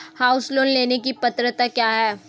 House loan लेने की पात्रता क्या है?